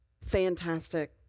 fantastic